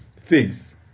figs